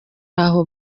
aho